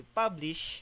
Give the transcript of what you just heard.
publish